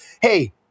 hey